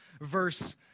verse